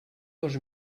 dos